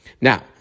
Now